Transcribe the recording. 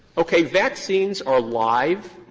okay. vaccines are live.